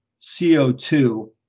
CO2